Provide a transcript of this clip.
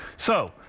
so,